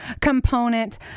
component